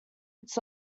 its